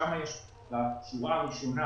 שם יש בשורה הראשונה,